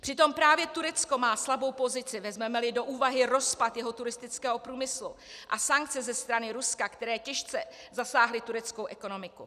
Přitom právě Turecko má slabou pozici, vezmemeli do úvahy rozpad jeho turistického průmyslu a sankce ze strany Ruska, které těžce zasáhly tureckou ekonomiku.